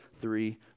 three